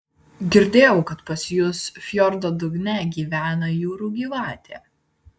girdėjau kad pas jus fjordo dugne gyvena jūrų gyvatė